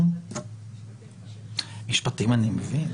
אני מניח